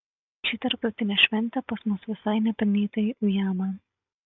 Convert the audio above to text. ši tarptautinė šventė pas mus visai nepelnytai ujama